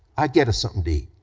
i get us something to eat,